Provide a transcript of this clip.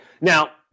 now